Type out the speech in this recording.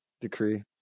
decree